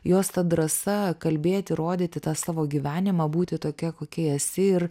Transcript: jos ta drąsa kalbėti rodyti tą savo gyvenimą būti tokia kokia esi ir